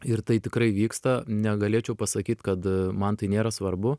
ir tai tikrai vyksta negalėčiau pasakyt kad man tai nėra svarbu